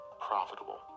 profitable